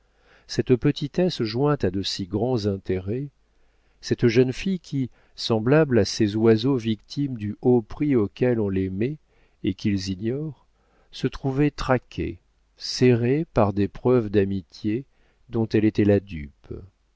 cette petitesse jointe à de si grands intérêts cette jeune fille qui semblable à ces oiseaux victimes du haut prix auquel on les met et qu'ils ignorent se trouvait traquée serrée par des preuves d'amitié dont elle était la dupe